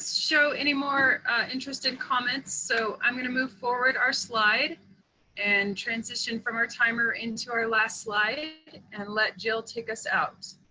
show anymore interested comments, so i'm going to move forward our slide and transition from our timer into our last slide and let jill take us out.